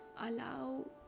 Allow